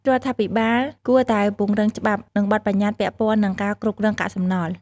រដ្ឋាភិបាលគួរតែពង្រឹងច្បាប់ និងបទប្បញ្ញតិ្តពាក់ព័ន្ធនឹងការគ្រប់គ្រងកាកសំណល់។